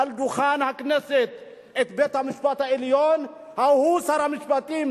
מעל דוכן הכנסת את בית-המשפט העליון הוא שר המשפטים,